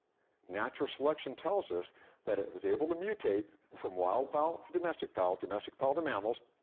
natural selection tells us that it it was able to mutate from wild fowl to domestic fowl, domestic fowl to mammals,